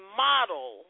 model